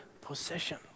possession